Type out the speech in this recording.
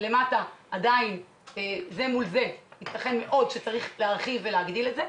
עדיין ייתכן מאוד שצריך להגדיל ולהרחיב את זה,